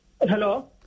Hello